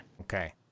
Okay